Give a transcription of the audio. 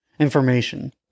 Information